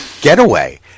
getaway